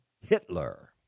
Hitler